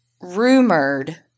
rumored